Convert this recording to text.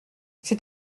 c’est